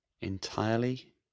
entirely